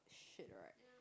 shit right